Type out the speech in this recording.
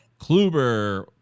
Kluber